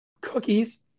cookies